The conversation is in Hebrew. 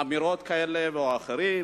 אמירות כאלה או אחרות.